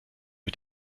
mit